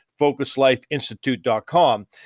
focuslifeinstitute.com